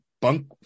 bunk